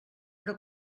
però